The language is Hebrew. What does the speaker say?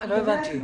לא הבנתי.